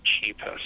cheapest